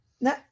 No